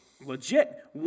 Legit